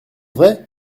vrai